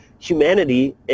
Humanity